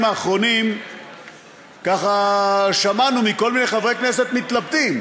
האחרונים ככה שמענו מכל מיני חברי כנסת מתלבטים,